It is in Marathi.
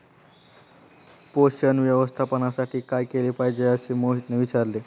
पोषण व्यवस्थापनासाठी काय केले पाहिजे असे मोहितने विचारले?